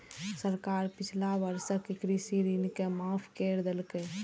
सरकार पिछला वर्षक कृषि ऋण के माफ कैर देलकैए